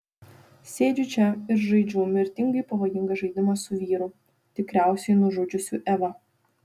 sėdžiu čia ir žaidžiu mirtinai pavojingą žaidimą su vyru tikriausiai nužudžiusiu evą